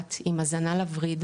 מוחלט עם הזנה לווריד,